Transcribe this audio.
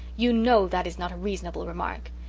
you know that is not a reasonable remark.